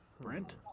Brent